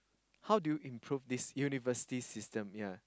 how do you improve this university system yea